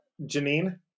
Janine